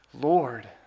Lord